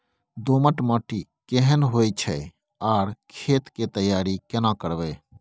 दोमट माटी केहन होय छै आर खेत के तैयारी केना करबै?